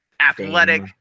athletic